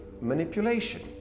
manipulation